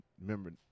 remember